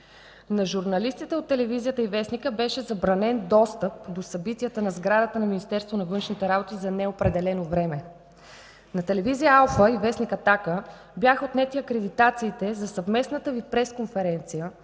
На журналистите от телевизията и вестника беше забранен достъп до събитията в сградата на Министерство на външните работи за неопределено време. На телевизия „Алфа” и вестник „Атака” бяха отнети акредитациите за съвместната Ви пресконференцията